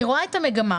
אני רואה את המגמה.